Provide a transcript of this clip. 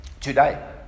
today